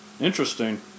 Interesting